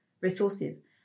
resources